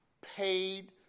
paid